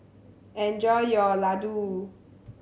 enjoy your laddu